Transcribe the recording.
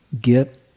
get